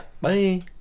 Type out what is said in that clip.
Bye